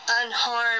unharmed